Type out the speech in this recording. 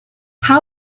how